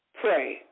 Pray